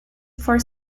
for